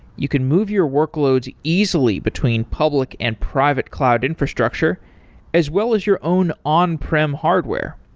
you can move your workloads easily between public and private cloud infrastructure as well as your own on-prim hardware.